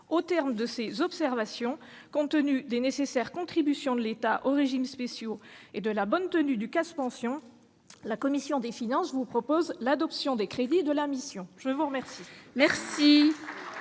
Au terme de ces observations, compte tenu des nécessaires contributions de l'État aux régimes spéciaux et de la bonne tenue du CAS « Pensions », la commission des finances vous propose l'adoption des crédits de la mission. La parole est à M.